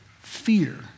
fear